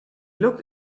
looked